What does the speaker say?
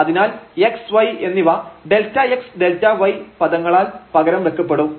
അതിനാൽ x y എന്നിവ Δx Δy പദങ്ങളാൽ പകരം വെക്കപ്പെടും